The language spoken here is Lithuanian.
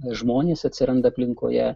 žmonės atsiranda aplinkoje